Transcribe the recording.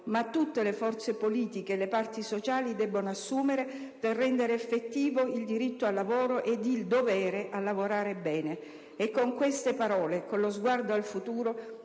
ma tutte le forze politiche e le parti sociali devono assumere per rendere effettivo il diritto al lavoro e il dovere di lavorare bene. Con queste parole e con lo sguardo al futuro,